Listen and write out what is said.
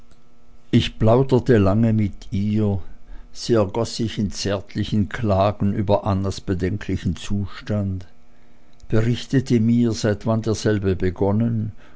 ich plauderte lange mit ihr sie ergoß sich in zärtlichen klagen über annas bedenklichen zustand berichtete mir seit wann derselbe begonnen